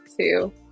two